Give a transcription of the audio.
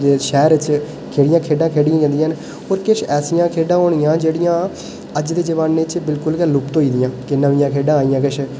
ते शैह्रें च जेह्ड़ियां खेढां खेढियां जंदियां न होर किश ऐसियां खेढां होनियां जेह्ड़ियां अज्ज दे जमाने च बिल्कुल गै लुप्त होई गेदियां न ते नमियां खेढां आई दियां किश